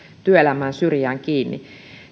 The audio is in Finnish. työelämän syrjään kiinni